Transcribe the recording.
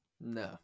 No